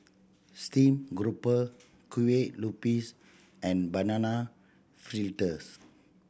steamed garoupa Kueh Lupis and Banana Fritters